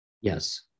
Yes